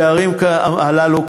הפערים הללו,